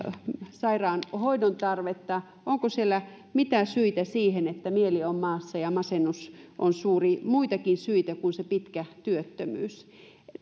sairaanhoidon tarvetta mitä syitä siellä on siihen että mieli on maassa ja masennus on suuri muitakin syitä kuin se pitkä työttömyys